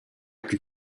plus